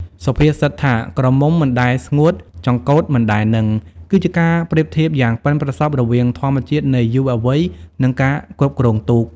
សុភាសិតថា «ក្រមុំមិនដែលស្ងួត ចង្កូតមិនដែលនឹង»គឺជាការប្រៀបធៀបយ៉ាងប៉ិនប្រសប់រវាងធម្មជាតិនៃយុវវ័យ និងការគ្រប់គ្រងទូក។